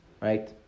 right